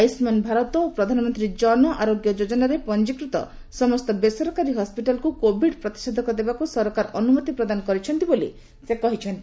ଆୟୁଷ୍ମାନ୍ ଭାରତ ଓ ପ୍ରଧାନମନ୍ତ୍ରୀ ଜନଆରୋଗ୍ୟ ଯୋଜନାରେ ପଞ୍ଜିକୃତ ସମସ୍ତ ବେସରକାରୀ ହସ୍କିଟାଲ୍କୁ କୋବିଡ୍ ପ୍ରତିଷେଧକ ଦେବାକୁ ସରକାର ଅନୁମତି ପ୍ରଦାନ କରିଛନ୍ତି ବୋଲି ସେ କହିଛନ୍ତି